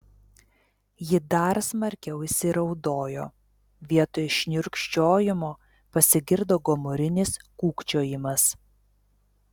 ji dar smarkiau įsiraudojo vietoj šniurkščiojimo pasigirdo gomurinis kūkčiojimas